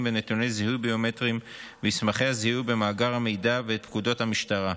ונתוני זיהוי ביומטריים במסמכי זיהוי ובמאגר מידע ואת פקודת המשטרה.